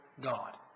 God